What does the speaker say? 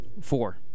Four